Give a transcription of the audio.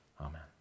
Amen